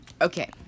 Okay